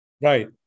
Right